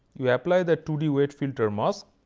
you apply the two d weight filter mask